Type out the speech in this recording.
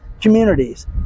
communities